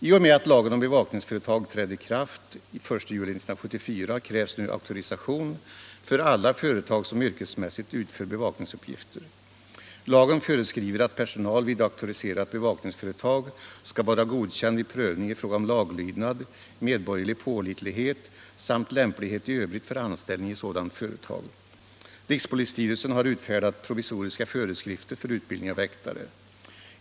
I och med att lagen om bevakningsföretag trädde i kraft den 1 juli 1974 krävs nu auktorisation för alla företag som yrkesmässigt utför bevakningsuppgifter. Lagen föreskriver att personal vid auktoriserat bevakningsföretag skall vara godkänd vid prövning i fråga om laglydnad, medborgerlig pålitlighet samt lämplighet i övrigt för anställning i sådant företag. Rikspolisstyrelsen har utfärdat provisoriska föreskrifter för utbildning av väktare.